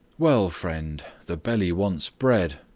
well, friend the belly wants bread,